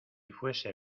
fuese